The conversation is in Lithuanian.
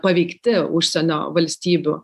paveikti užsienio valstybių